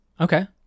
Okay